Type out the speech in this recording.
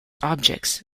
objects